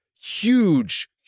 huge